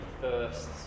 first